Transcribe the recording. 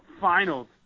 finals